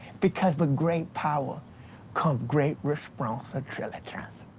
because with great power come great responsitrillitrust.